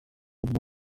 vuba